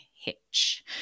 hitch